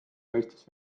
paistis